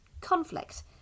conflict